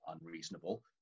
unreasonable